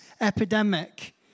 epidemic